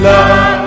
Love